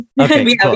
Okay